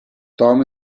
tom